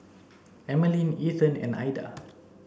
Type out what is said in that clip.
Emmaline Ethan and Aida